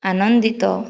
ଆନନ୍ଦିତ